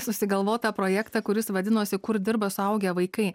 susigalvotą projektą kuris vadinosi kur dirba suaugę vaikai